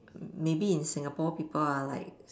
maybe in Singapore people are like